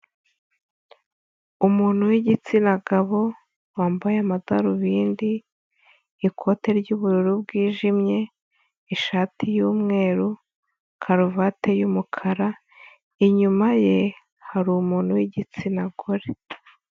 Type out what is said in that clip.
Umuntu w'igitsina gabo, wambaye amadarubindi, ikote ry'ubururu bwijimye, ishati y'umweru, karuvati y'umukara, inyuma ye hari umuntu w'igitsina gore.